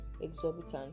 exorbitant